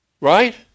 Right